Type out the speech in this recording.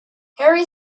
harry